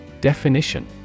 Definition